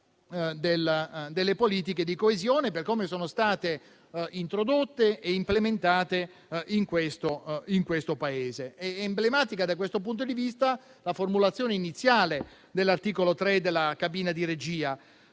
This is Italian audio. delle politiche di coesione, per come sono state introdotte e implementate nel Paese. È emblematica, da questo punto di vista, la formulazione iniziale dell'articolo 3 sulla cabina di regia,